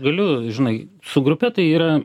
galiu žinai su grupe tai yra